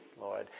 Lord